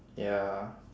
ya